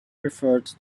referred